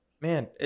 Man